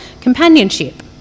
companionship